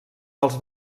dels